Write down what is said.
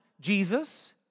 Jesus